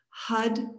HUD